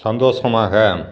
சந்தோஷமாக